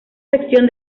sección